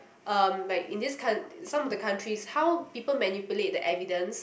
um like in this coun~ some of the countries how people manipulate the evidence